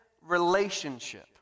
relationship